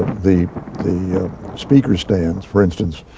the the speaker stands, for instance,